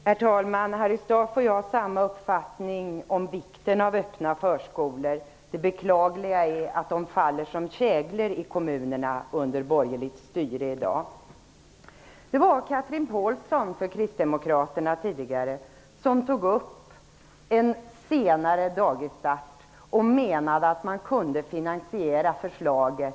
Herr talman! Harry Staaf och jag har samma uppfattning om vikten av öppna förskolor. Det beklagliga är att de under borgerligt styre i dag faller som käglor i kommunerna. Det var Chatrine Pålsson från kristdemokraterna som tog upp en senare dagisstart och menade att man kunde finansiera förslaget...